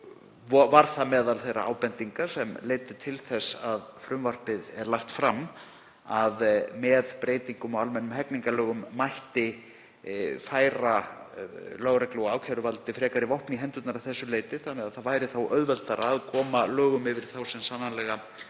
var það meðal þeirra ábendinga sem leiddi til þess að frumvarpið er lagt fram, að með breytingum á almennum hegningarlögum mætti færa lögreglu og ákæruvaldi frekari vopn í hendurnar að þessu leyti þannig að það væri þá auðveldara að koma lögum yfir þá sem sannarlega brjóta